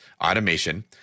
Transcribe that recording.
automation